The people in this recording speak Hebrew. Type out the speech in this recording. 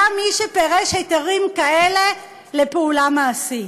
היה מי שפירש היתרים כאלה לפעולה מעשית.